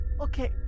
Okay